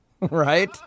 right